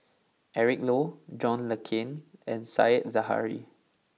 Eric Low John Le Cain and Said Zahari